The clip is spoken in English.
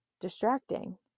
distracting